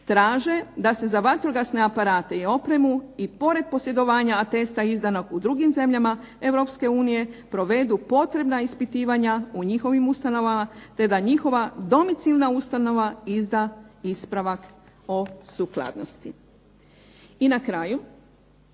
traže da se za vatrogasne aparate i opremu i pored posjedovanja atesta izdanog u drugim zemljama Europske unije provedu potrebna ispitivanja u njihovim ustanovama te da njihova domicilna ustanova izda ispravak o sukladnosti. I na kraju